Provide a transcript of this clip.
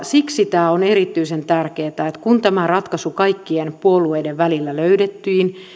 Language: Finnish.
siksi tämä on erityisen tärkeätä että kun tämä ratkaisu kaikkien puolueiden välillä löydettiin